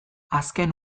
azken